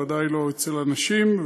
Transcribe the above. בוודאי לא אצל אנשים,